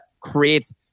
creates